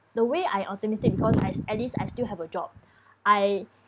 the way I optimistic because I at least I still have a job I